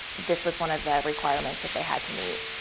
this was one of the requirements that they had to meet.